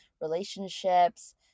relationships